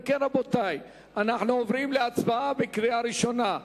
אם כן, רבותי, אנחנו עוברים להצבעה בקריאה ראשונה.